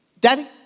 Daddy